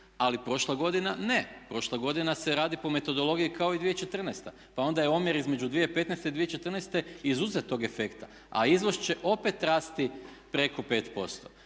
ali prošla godina ne, prošla godina se radi po metodologiji kao i 2014. Pa onda je omjer između 2015. i 2014. izuzet tog efekta, a izvoz će opet rasti preko 5%.